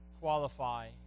qualify